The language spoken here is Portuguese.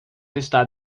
está